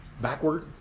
backward